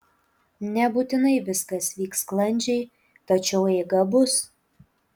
nebūtinai viskas vyks sklandžiai tačiau eiga bus